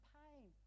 pain